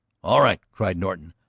all right! cried norton.